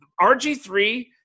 RG3